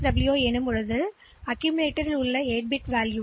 W செய்கிறீர்கள் என்றால் நீங்கள் ஒரு பிஓபி பிஓபி பி